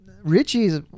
Richie's